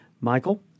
Michael